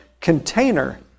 container